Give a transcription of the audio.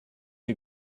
you